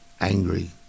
angry